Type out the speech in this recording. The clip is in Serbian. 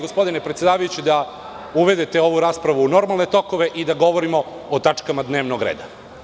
Gospodine predsedavajući, molim vas da uvedete ovu raspravu u normalne tokove i da govorimo o tačkama dnevnog reda.